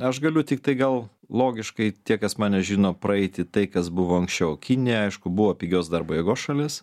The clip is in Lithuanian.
aš galiu tiktai gal logiškai tie kas mane žino praeiti tai kas buvo anksčiau kinija aišku buvo pigios darbo jėgos šalis